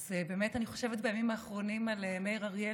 אז באמת אני חושבת בימים האחרונים על מאיר אריאל,